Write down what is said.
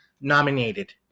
Nominated